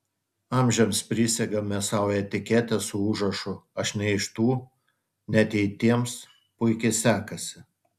amžiams prisegame sau etiketę su užrašu aš ne iš tų net jei tiems puikiai sekasi